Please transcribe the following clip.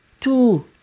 two